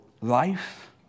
life